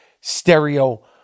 Stereo